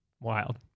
wild